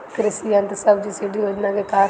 कृषि यंत्र सब्सिडी योजना के कारण?